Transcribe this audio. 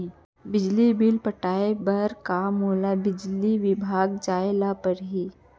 बिजली बिल पटाय बर का मोला बिजली विभाग जाय ल परही?